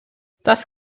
das